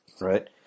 right